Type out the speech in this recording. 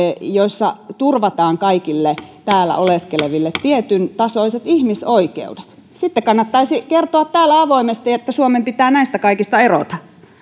joissa turvataan kaikille täällä oleskeleville tietyntasoiset ihmisoikeudet sitten kannattaisi kertoa täällä avoimesti että suomen pitää näistä kaikista erota